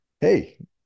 Hey